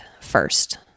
first